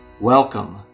Welcome